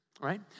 right